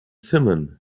simum